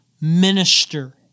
minister